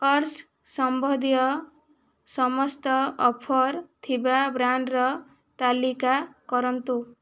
oats ସମ୍ବନ୍ଧୀୟ ସମସ୍ତ offer ଥିବା ବ୍ରାଣ୍ଡ୍ର ତାଲିକା କରନ୍ତୁ